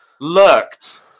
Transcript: lurked